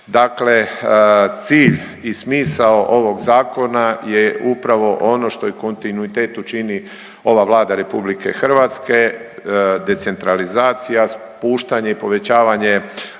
Dakle cilj i smisao ovog zakona je upravo ono što u kontinuitetu čini ova Vlada RH, decentralizacija, spuštanje i povećavanje